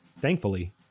Thankfully